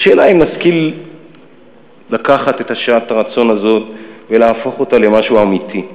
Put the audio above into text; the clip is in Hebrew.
והשאלה היא אם נשכיל לקחת את שעת הרצון הזאת ולהפוך אותה למשהו אמיתי.